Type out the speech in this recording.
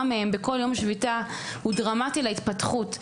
מהם בכל יום שביתה הוא דרמטי להתפתחות.